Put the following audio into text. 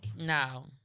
No